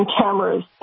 cameras